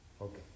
okay